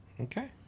okay